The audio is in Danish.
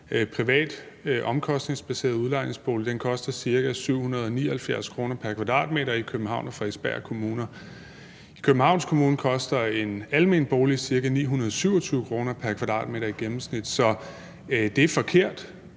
privat omkostningsbaseret udlejningsbolig koster ca. 779 kr. pr. m2 i Københavns og Frederiksberg Kommuner. I Københavns Kommune koster en almen bolig ca. 927 kr. pr. m2 i gennemsnit. Så det er forkert,